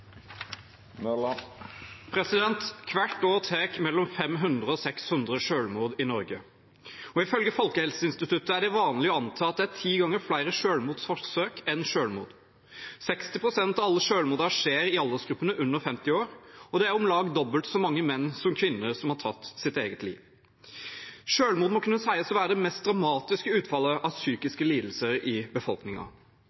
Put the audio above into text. Hvert år begår mellom 500 og 600 selvmord i Norge, og ifølge Folkehelseinstituttet er det vanlig å anta at det er ti ganger flere selvmordsforsøk enn selvmord. 60 pst. av alle selvmordene skjer i aldersgruppen under 50 år, og det er om lag dobbelt så mange menn som kvinner som tar sitt eget liv. Selvmord må kunne sies å være det mest dramatiske utfallet av